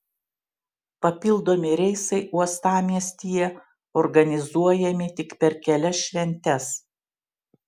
papildomi reisai uostamiestyje organizuojami tik per kelias šventes